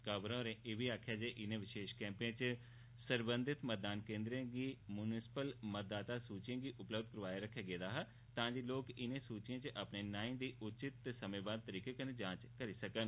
काबरा होरें आखेआ जे इनें विशेष कैंपें च सरबंधत मतदान केन्द्रें दी मुंसिपल मतदाता सूचिएं गी उपलब्ध रक्खेआ गेदा हा तांजे लोक इनें सूचिएं च अपने नाएं दी उचित ते समेंबद्ध ढंग्गै कन्नै जांच करी सकन